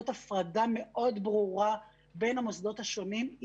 הפרדה מאוד ברורה בין המוסדות השונים.